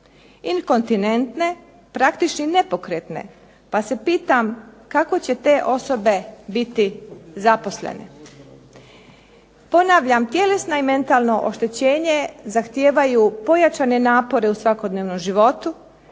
Inkontinentne, praktični nepokretne. Pa se pitam kako će te osobe biti zaposlene? Ponavljam, tjelesna i mentalno oštećenje zahtijevaju pojačane napore u svakodnevnom životu